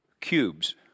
cubes